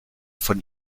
von